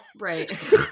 right